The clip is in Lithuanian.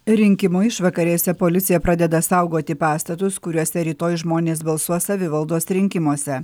rinkimų išvakarėse policija pradeda saugoti pastatus kuriuose rytoj žmonės balsuos savivaldos rinkimuose